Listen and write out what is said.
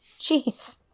Jeez